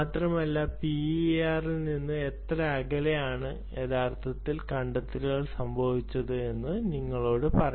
മാത്രമല്ല പിഐആറിൽ നിന്ന് എത്ര അകലെയാണ് യഥാർത്ഥത്തിൽ കണ്ടെത്തൽ സംഭവിച്ചതെന്ന് പറയും